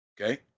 Okay